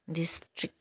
district